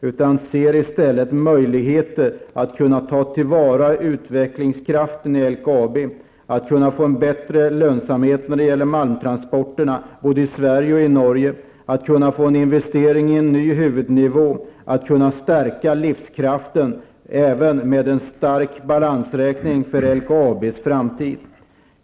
Vi ser i stället möjligheter att ta till vara utvecklingskraften i LKAB, att få till stånd en bättre lönsamhet när det gäller malmtransporterna både i Sverige och i Norge, att få en investering i en ny huvudnivå, att stärka livskraften med en stark balansräkning för LKABs framtid.